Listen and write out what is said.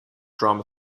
drama